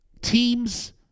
teams